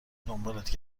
دنبالت